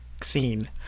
scene